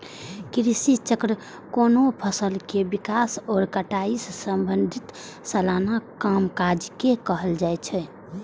कृषि चक्र कोनो फसलक विकास आ कटाई सं संबंधित सलाना कामकाज के कहल जाइ छै